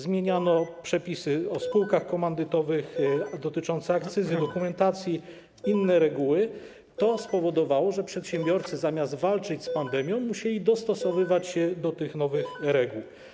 Zmieniano przepisy o spółkach komandytowych, dotyczące akcyzy, dokumentacji oraz inne reguły, co spowodowało, że przedsiębiorcy, zamiast walczyć z pandemią, musieli dostosowywać się do nowych reguł.